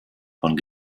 von